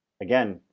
again